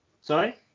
Sorry